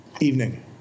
Evening